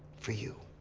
for you.